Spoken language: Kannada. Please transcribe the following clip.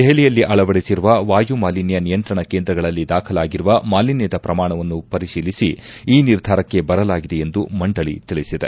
ದೆಹಲಿಯಲ್ಲಿ ಅಳವಡಿಸಿರುವ ವಾಯು ಮಾಲಿನ್ನ ನಿಯಂತ್ರಣ ಕೇಂದ್ರಗಳಲ್ಲಿ ದಾಖಲಾಗಿರುವ ಮಾಲಿನ್ಲದ ಪ್ರಮಾಣವನ್ನು ಪರಿಶೀಲಿಸಿ ಈ ನಿರ್ಧಾರಕ್ಕೆ ಬರಲಾಗಿದೆ ಎಂದು ಮಂಡಳ ತಿಳಿಸಿದೆ